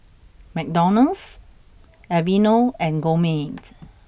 McDonald's Aveeno and Gourmet